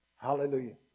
Hallelujah